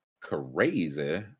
crazy